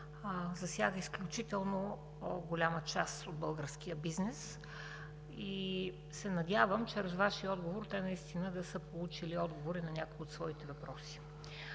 засяга изключително голяма част от българския бизнес. Надявам се чрез Вашия отговор те наистина да са получили отговор на някои от своите въпроси.